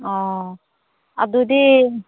ꯑꯣ ꯑꯗꯨꯗꯤ